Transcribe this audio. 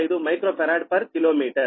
00955 microfarad per kilometre